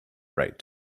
right